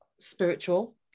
spiritual